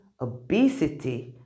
obesity